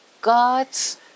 God's